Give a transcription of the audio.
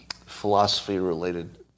philosophy-related